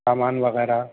سامان وغیرہ